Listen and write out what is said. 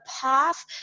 path